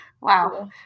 wow